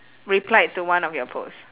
replied to one of your posts